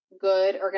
good